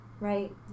right